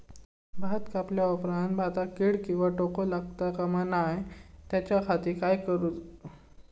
भात कापल्या ऑप्रात भाताक कीड किंवा तोको लगता काम नाय त्याच्या खाती काय करुचा?